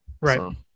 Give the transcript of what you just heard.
Right